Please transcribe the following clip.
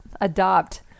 adopt